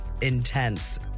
intense